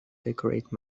decorate